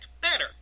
better